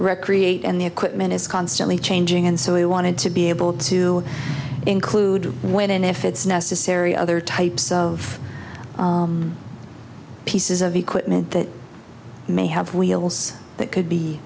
recreate and the equipment is constantly changing and so i wanted to be able to include when and if it's necessary other types of pieces of equipment that may have wheels that could